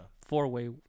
four-way